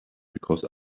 because